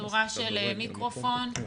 עד הסוף.